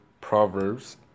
proverbs